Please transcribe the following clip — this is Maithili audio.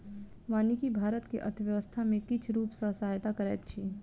वानिकी भारत के अर्थव्यवस्था के किछ रूप सॅ सहायता करैत अछि